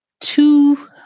two